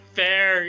fair